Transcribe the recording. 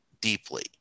deeply